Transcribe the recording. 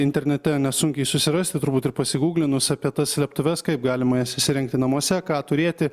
internete nesunkiai susirasti turbūt ir pasiguglinus apie tas slėptuves kaip galima jas įsirengti namuose ką turėti